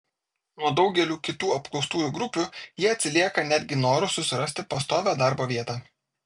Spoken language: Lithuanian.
nuo daugelių kitų apklaustųjų grupių jie atsilieka netgi noru susirasti pastovią darbo vietą